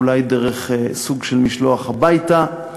אולי דרך סוג של משלוח הביתה.